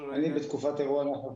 בתקופת אירוע נחל